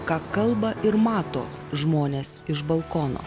ką kalba ir mato žmonės iš balkono